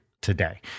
today